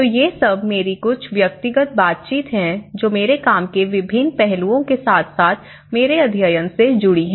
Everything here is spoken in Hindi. तो ये सब मेरी कुछ व्यक्तिगत बातचीत हैं जो मेरे काम के विभिन्न पहलुओं के साथ साथ मेरे अध्ययन से जुड़ी हैं